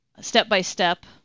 step-by-step